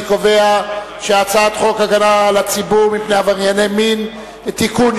אני קובע שהצעת חוק הגנה על הציבור מפני עברייני מין (תיקון,